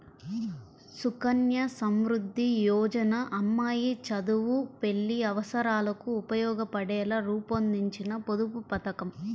సుకన్య సమృద్ధి యోజన అమ్మాయి చదువు, పెళ్లి అవసరాలకు ఉపయోగపడేలా రూపొందించిన పొదుపు పథకం